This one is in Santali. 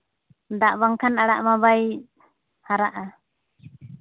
ᱫᱟᱜ ᱵᱟᱝᱠᱷᱟᱱ ᱟᱲᱟᱜ ᱢᱟ ᱵᱟᱭ ᱦᱟᱨᱟᱜᱼᱟ